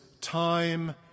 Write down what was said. time